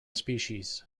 species